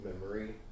memory